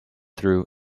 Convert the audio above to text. thru